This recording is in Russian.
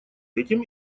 этим